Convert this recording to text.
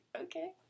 okay